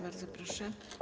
Bardzo proszę.